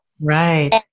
Right